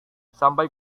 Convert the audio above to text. sampai